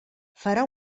farà